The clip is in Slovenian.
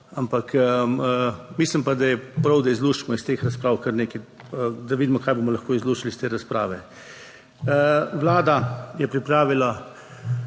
Ampak mislim pa, da je prav, da izluščimo iz teh razprav kar nekaj, da vidimo, kaj bomo lahko izluščili iz te razprave. Vlada je pripravila